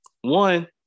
One